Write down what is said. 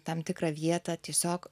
tam tikrą vietą tiesiog